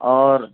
اور